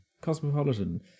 cosmopolitan